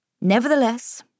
Nevertheless